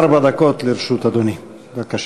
עד ארבע דקות לרשות אדוני, בבקשה.